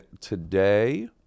today